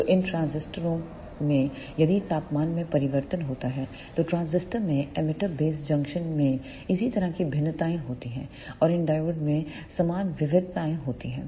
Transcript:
तो इन ट्रांजिस्टरों में यदि तापमान में परिवर्तन होता है तो ट्रांजिस्टर के एमिटर बेस जंक्शन में इसी तरह की भिन्नताएं होती हैं और इन डायोड में समान विविधताएं होती हैं